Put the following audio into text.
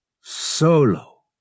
Solo